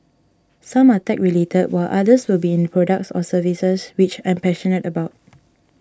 some are tech related while others will be in products or services which I'm passionate about